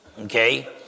Okay